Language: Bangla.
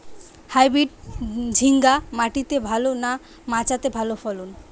হাইব্রিড ঝিঙ্গা মাটিতে ভালো না মাচাতে ভালো ফলন?